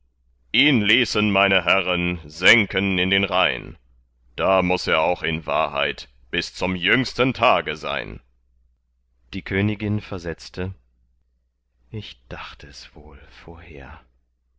ihn ließen meine herren senken in den rhein da muß er auch in wahrheit bis zum jüngsten tage sein die königin versetzte ich dacht es wohl vorher